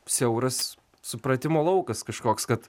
siauras supratimo laukas kažkoks kad